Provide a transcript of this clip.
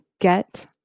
get